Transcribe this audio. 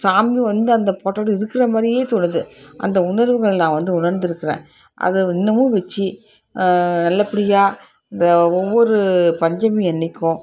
சாமி வந்து அந்த ஃபோட்டோவில் இருக்கிற மாதிரியே தோணுது அந்த உணர்வுகள் நான் வந்து உணர்ந்திருக்கறேன் அது இன்னமும் வெச்சு நல்லபடியாக இந்த ஒவ்வொரு பஞ்சமி அன்றைக்கும்